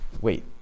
wait